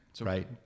Right